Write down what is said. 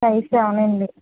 size చాలండి